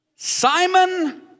Simon